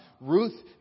Ruth